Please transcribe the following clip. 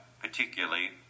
particularly